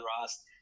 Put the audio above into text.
Ross